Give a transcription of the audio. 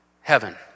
heaven